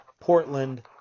portland